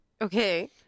Okay